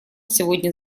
сегодня